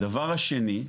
הדבר השני,